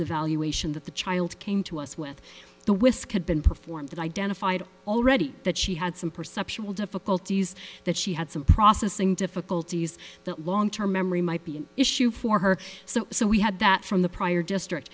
evaluation that the child came to us with the whisk had been performed that identified already that she had some perceptual difficulties that she had some processing difficulties that long term memory might be an issue for her so so we had that from the prior district